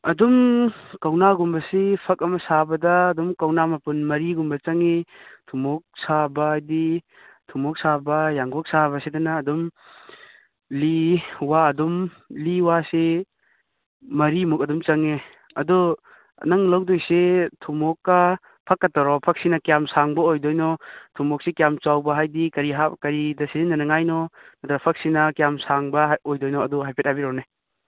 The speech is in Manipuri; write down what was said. ꯑꯗꯨꯝ ꯀꯧꯅꯥꯒꯨꯝꯕꯁꯤ ꯐꯛ ꯑꯃ ꯁꯥꯕꯗ ꯑꯗꯨꯝ ꯀꯧꯅꯥ ꯃꯄꯨꯟ ꯃꯔꯤꯒꯨꯝꯕ ꯆꯪꯉꯤ ꯊꯨꯃꯣꯛ ꯁꯥꯕ ꯍꯥꯏꯗꯤ ꯊꯨꯃꯣꯛ ꯁꯥꯕ ꯌꯥꯡꯀꯣꯛ ꯁꯥꯕꯁꯤꯗꯅ ꯑꯗꯨꯝ ꯂꯤ ꯋꯥ ꯑꯗꯨꯝ ꯂꯤ ꯋꯥꯁꯤ ꯃꯔꯤꯃꯨꯛ ꯑꯗꯨꯝ ꯆꯪꯉꯤ ꯑꯗꯨ ꯅꯪ ꯂꯧꯗꯣꯏꯁꯤ ꯊꯨꯃꯣꯛꯀ ꯐꯛꯀ ꯇꯧꯔꯣ ꯐꯛꯁꯤꯅ ꯀꯌꯥꯝ ꯁꯥꯡꯕ ꯑꯣꯏꯗꯣꯏꯅꯣ ꯊꯨꯃꯣꯛꯁꯤ ꯀꯌꯥꯝ ꯆꯥꯎꯕ ꯍꯥꯏꯗꯤ ꯀꯔꯤ ꯀꯔꯤꯗ ꯁꯤꯖꯤꯟꯅꯅꯤꯉꯥꯏꯅꯣ ꯑꯗꯨ ꯐꯛꯁꯤꯅ ꯀꯌꯥꯝ ꯁꯥꯡꯕ ꯑꯣꯏꯗꯣꯏꯅꯣ ꯑꯗꯨ ꯍꯥꯏꯐꯦꯠ ꯍꯥꯏꯕꯤꯔꯛꯎꯅꯦ